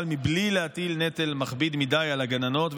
אבל בלי להטיל נטל מכביד מדי על הגננות,